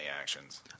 actions